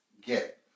get